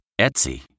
Etsy